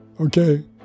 okay